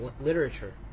literature